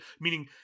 meaning